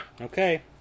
Okay